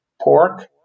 pork